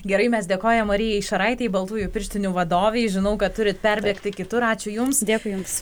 gerai mes dėkojam marijai šaraitei baltųjų pirštinių vadovei žinau kad turite perbėgti kitur ačiū jums dėkui jums